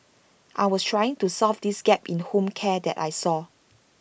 I was trying to solve this gap in home care that I saw